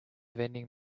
vending